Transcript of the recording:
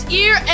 ear